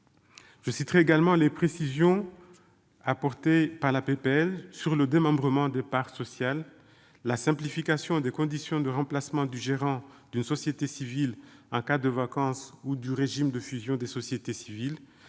location-gérance ; précisions apportées sur le démembrement des parts sociales ; simplification des conditions de remplacement du gérant d'une société civile en cas de vacance, d'une part, et du régime de fusion des sociétés civiles,